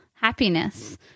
happiness